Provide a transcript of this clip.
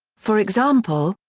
for example,